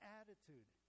attitude